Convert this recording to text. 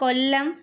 കൊല്ലം